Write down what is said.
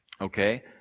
okay